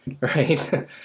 right